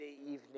evening